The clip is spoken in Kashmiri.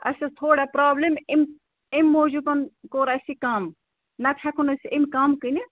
اَسہِ ٲسۍ تھوڑا پرٛابلم اَمہِ اَمہِ موٗجوٗبَن کوٚر اَسہِ یہِ کم نَتہٕ ہٮ۪کو نہٕ أسۍ یہِ اَمہِ کم کٕنِتھ